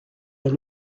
est